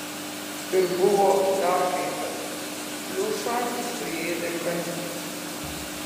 ir buvo dar kai kas pliušą suėdė kandys